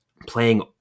playing